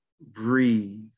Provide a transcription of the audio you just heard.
breathe